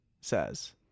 says